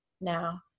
now